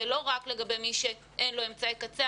זה לא רק לגבי מי שאין לו אמצעי קצה.